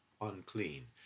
unclean